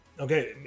Okay